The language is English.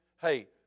hey